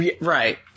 Right